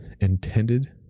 intended